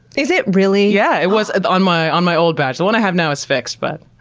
is it really? yeah! it was on my on my old badge. the one i have now is fixed. but